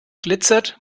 glitzert